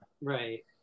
Right